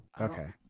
Okay